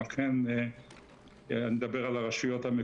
אני מדבר על הרשויות,